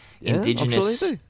indigenous